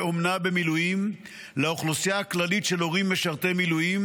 אומנה במילואים לאוכלוסייה הכללית של הורים משרתי מילואים.